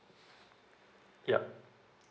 yup